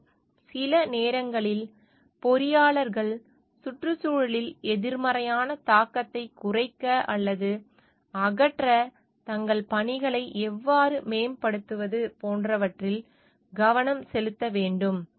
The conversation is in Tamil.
மேலும் சில நேரங்களில் பொறியாளர்கள் சுற்றுச்சூழலில் எதிர்மறையான தாக்கத்தை குறைக்க அல்லது அகற்ற தங்கள் பணிகளை எவ்வாறு மேம்படுத்துவது போன்றவற்றில் கவனம் செலுத்த வேண்டும்